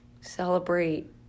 celebrate